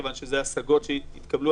כיוון שזה השגות שהתקבלו,